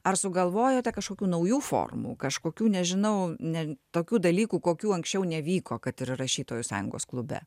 ar sugalvojote kažkokių naujų formų kažkokių nežinau nen tokių dalykų kokių anksčiau nevyko kad ir rašytojų sąjungos klube